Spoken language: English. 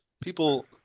People